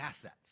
assets